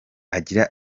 agira